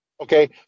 Okay